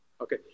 Okay